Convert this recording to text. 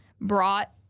brought